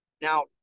Now